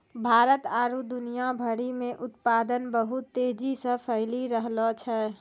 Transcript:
भारत आरु दुनिया भरि मे उत्पादन बहुत तेजी से फैली रैहलो छै